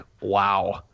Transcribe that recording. wow